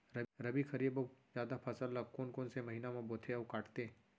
रबि, खरीफ अऊ जादा फसल ल कोन कोन से महीना म बोथे अऊ काटते?